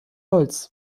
holz